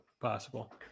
Possible